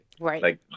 Right